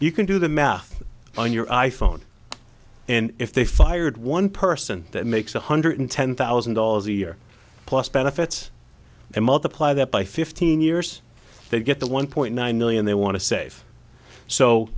you can do the math on your i phone and if they fired one person that makes one hundred ten thousand dollars a year plus benefits and multiply that by fifteen years they get the one point nine million they want to save so